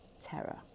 terror